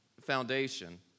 foundation